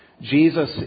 Jesus